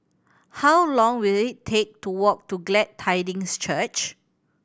how long will it take to walk to Glad Tidings Church